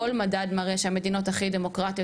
כל מדד מראה שהמדינות הכי דמוקרטיות